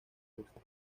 justo